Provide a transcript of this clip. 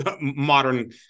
modern